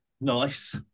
Nice